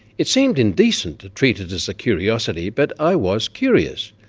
it seemed indecent to treat it as a curiosity, but i was curious.